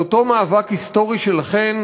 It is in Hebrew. על אותו מאבק היסטורי שלכם,